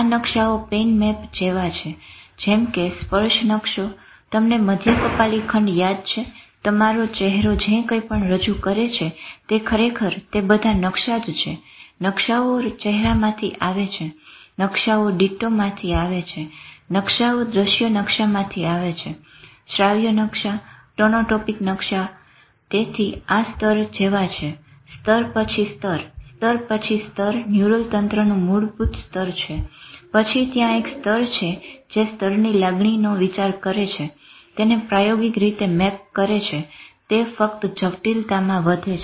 આ નકશાઓ pain map જેવા છે જેમ કે સ્પર્શ નકશો તમને મધ્ય કપાલી ખંડ યાદ છે તમારો ચેહરો જે કંઈપણ રજુ કરે છે ખરેખર તે બધા નકશા જ છે નકશાઓ ચેહરામાંથી આવે છે નકશાઓ ડીટ્ટો માંથી આવે છે નકશાઓ દ્રશ્ય નકશામાંથી આવે છે શ્રાવ્ય નકશા ટોનોટોપીક નકશાઓ તેથી આ સ્તરો જેવા છે સ્તર પછી સ્તર સ્તર પછી સ્તર ન્યુરલ તંત્રનું મૂળભૂત સ્તર પછી ત્યાં એક સ્તર છે જે સ્તરની લાગણીનો વિચાર કરે છે તેને પ્રાયોગિક રીતે મેપ કરે છે તે ફક્ત જટિલતામાં વધે છે